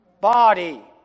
body